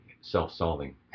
self-solving